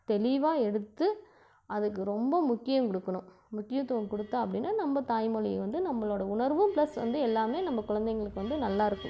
தெளிவாக எடுத்து அதுக்கு ரொம்ப முக்கியம் கொடுக்கணும் முக்கியத்துவம் கொடுத்தா அப்படின்னா நம்ப தாய்மொழியை வந்து நம்மளோடய உணர்வும் ப்ளஸ் வந்து நம்ம எல்லாம் நம்ம குழந்தைகளுக்கு வந்து நல்லாயிருக்கும்